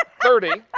ah thirty.